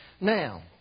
Now